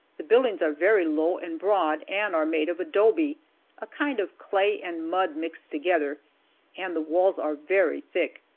the buildings are very low and broad and are made of adobe a kind of clay and mud mixed together and the walls are very thick.